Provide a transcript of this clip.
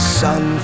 sun